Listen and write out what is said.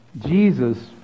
Jesus